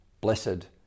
blessed